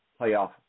playoff